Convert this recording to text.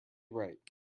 right